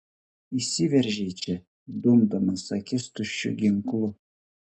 įsiveržei čia dumdamas akis tuščiu ginklu